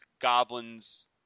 goblins